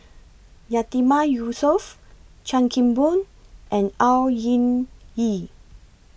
Yatiman Yusof Chan Kim Boon and Au Hing Yee